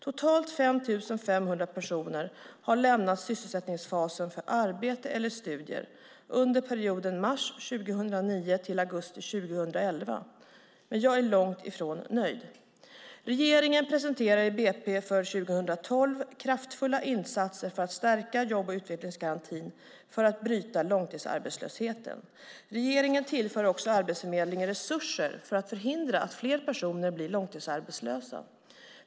Totalt 5 500 personer har lämnat sysselsättningsfasen för arbete eller studier under perioden mars 2009-augusti 2011, men jag är långt ifrån nöjd. Regeringen presenterar i budgetpropositionen för 2012 kraftfulla insatser för att stärka jobb och utvecklingsgarantin och för att bryta långtidsarbetslösheten. Regeringen tillför också Arbetsförmedlingen resurser för att förhindra att fler personer blir långtidsarbetslösa.